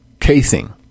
Casing